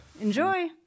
Enjoy